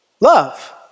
Love